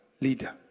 leader